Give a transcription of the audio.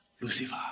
Lucifer